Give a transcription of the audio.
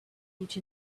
each